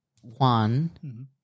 one